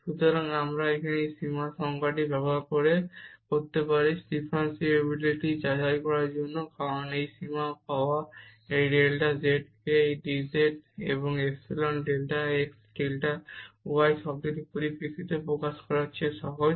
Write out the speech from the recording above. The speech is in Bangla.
সুতরাং আমরা এখানে এই সীমা সংজ্ঞাটি ব্যবহার করতে পারি ডিফারেনশিবিলিটি যাচাই করার জন্য কারণ এই সীমা পাওয়া এই ডেল্টা z কে এই dz এবং epsilon delta x delta y টার্মটির পরিপ্রেক্ষিতে প্রকাশ করার চেয়ে সহজ